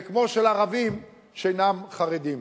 וכמו של ערבים שאינם חרדים.